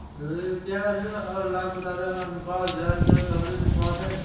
क्या ऋण और लाभप्रदाता का अनुपात ब्याज कवरेज अनुपात है?